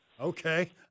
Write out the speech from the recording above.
Okay